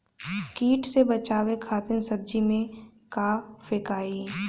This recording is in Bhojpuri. कीट से बचावे खातिन सब्जी में का फेकाई?